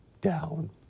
down